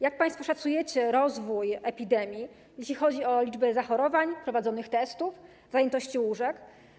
Jak państwo szacujecie rozwój epidemii, jeśli chodzi o liczbę zachorowań, prowadzonych testów, zajętości łóżek?